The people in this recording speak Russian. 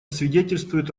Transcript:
свидетельствует